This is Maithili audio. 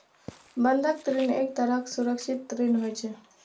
बंधक ऋण एक तरहक सुरक्षित ऋण होइ छै